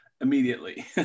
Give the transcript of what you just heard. immediately